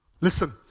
Listen